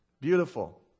Beautiful